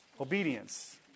obedience